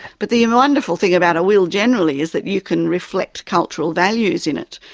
but the and wonderful thing about a will generally is that you can reflect cultural values in it.